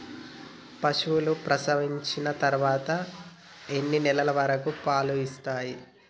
పశువులు ప్రసవించిన తర్వాత ఎన్ని నెలల వరకు పాలు ఇస్తాయి?